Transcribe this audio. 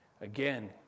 Again